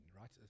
right